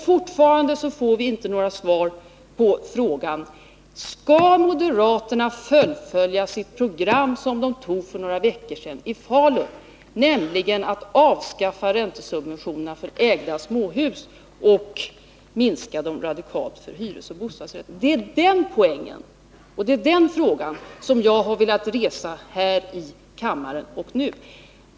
Fortfarande får vi inte något svar på frågan: Skall moderaterna fullfölja det program de antog i Falun för några veckor sedan, nämligen att bl.a. avskaffa räntesubventionerna för ägda småhus och minska dem radikalt för hyresoch bostadsrätter? Det är den frågan jag har velat resa nu här i kammaren.